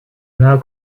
now